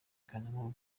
kanama